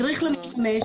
מדריך למשתמש,